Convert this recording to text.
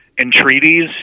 entreaties